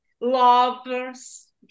lovers